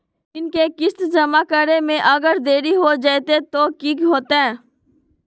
ऋण के किस्त जमा करे में अगर देरी हो जैतै तो कि होतैय?